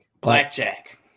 Blackjack